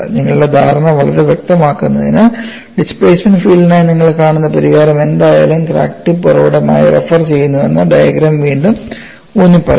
നിങ്ങളുടെ ധാരണ വളരെ വ്യക്തമാക്കുന്നതിന് ഡിസ്പ്ലേസ്മെൻറ് ഫീൽഡിനായി നിങ്ങൾ കാണുന്ന പരിഹാരം എന്തായാലും ക്രാക്ക് ടിപ്പ് ഉറവിടമായി റഫർ ചെയ്യുന്നുവെന്ന് ഡയഗ്രം വീണ്ടും ഊന്നിപ്പറയുന്നു